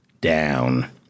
down